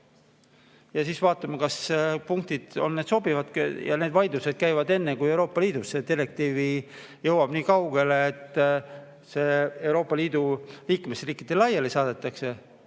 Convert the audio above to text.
ja vaatame, kas punktid sobivad. Ja need vaidlused käivad enne, kui Euroopa Liidus direktiiv jõuab nii kaugele, et see Euroopa Liidu liikmesriikidele laiali saadetakse.